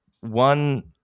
one